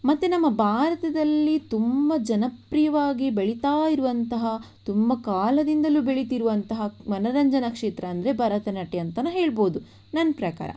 ಮತ್ತು ನಮ್ಮ ಭಾರತದಲ್ಲಿ ತುಂಬ ಜನಪ್ರಿಯವಾಗಿ ಬೆಳಿತಾ ಇರುವಂತಹ ತುಂಬ ಕಾಲದಿಂದಲೂ ಬೆಳಿತಿರುವಂತಹ ಮನೋರಂಜನ ಕ್ಷೇತ್ರ ಅಂದರೆ ಭರತನಾಟ್ಯ ಅಂತಲೂ ಹೇಳಬಹುದು ನನ್ನ ಪ್ರಕಾರ